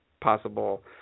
possible